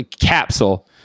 capsule